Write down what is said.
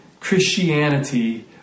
Christianity